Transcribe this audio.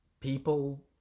People